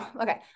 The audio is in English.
okay